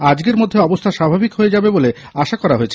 আজকের মধ্যে অবস্থা স্বাভাবিক হয়ে যাবে বলে আশা করা হয়েছে